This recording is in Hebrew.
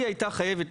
היא הייתה חייבת,